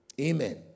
Amen